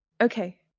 Okay